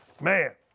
Man